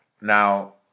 Now